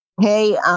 hey